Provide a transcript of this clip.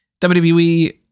WWE